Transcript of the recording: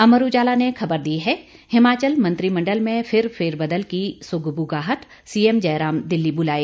अमर उजाला ने खबर दी है हिमाचल मंत्रिमण्डल में फिर फेरबदल की सुगबुगाहट सीएम जयराम दिल्ली बुलाए